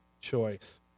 choice